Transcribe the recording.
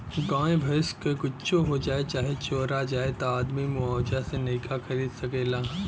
गाय भैंस क कुच्छो हो जाए चाहे चोरा जाए त आदमी मुआवजा से नइका खरीद सकेला